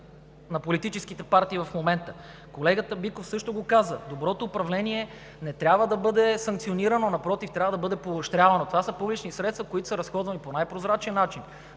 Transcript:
на политическите партии в момента. Колегата Биков също го каза – доброто управление не трябва да бъде санкционирано, напротив – трябва да бъде поощрявано. Това са публични средства, които са разходвани по най-прозрачен начин.